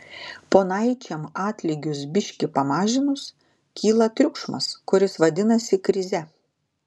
ponaičiam atlygius biški pamažinus kyla triukšmas kuris vadinasi krize